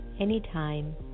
anytime